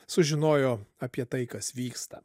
sužinojo apie tai kas vyksta